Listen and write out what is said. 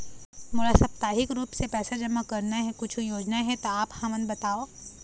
मोला साप्ताहिक रूप से पैसा जमा करना हे, कुछू योजना हे त आप हमन बताव?